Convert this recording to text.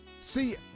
See